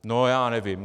No já nevím.